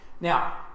Now